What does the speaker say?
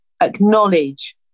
acknowledge